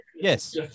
yes